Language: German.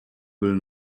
will